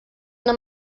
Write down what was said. una